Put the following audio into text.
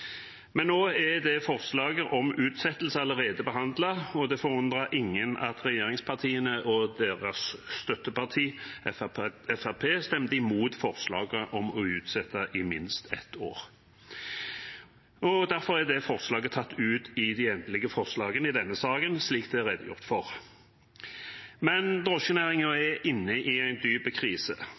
Men nå er forslaget om utsettelse allerede behandlet, og det forundret ingen at regjeringspartiene og deres støtteparti Fremskrittspartiet stemte imot forslaget om å utsette i minst ett år. Derfor er det forslaget tatt ut i de endelige forslagene i denne saken, slik det er redegjort for. Drosjenæringen er inne i en dyp krise.